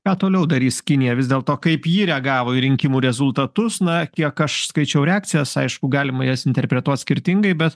ką toliau darys kinija vis dėlto kaip ji reagavo į rinkimų rezultatus na kiek aš skaičiau reakcijas aišku galima jas interpretuot skirtingai bet